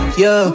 yo